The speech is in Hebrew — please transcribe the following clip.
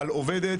על עובדת